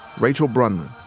rachel breunlin,